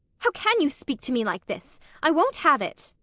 how can you speak to me like this? i won't have it.